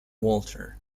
walter